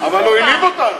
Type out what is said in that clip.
אבל הוא העליב אותה.